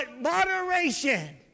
moderation